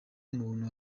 muntu